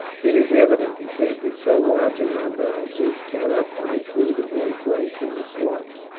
it is evident, he said, that so large a number as this cannot find food in one place in the swamps,